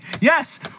yes